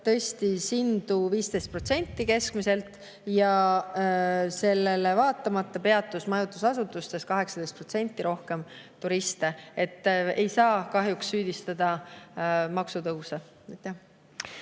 hindu keskmiselt 15%. Sellele vaatamata peatus majutusasutustes 18% rohkem turiste. Ei saa kahjuks süüdistada maksutõuse.